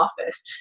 office